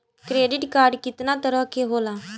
Credit card कितना तरह के होला?